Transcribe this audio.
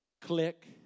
Click